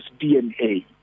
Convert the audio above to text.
DNA